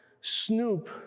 snoop